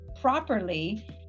properly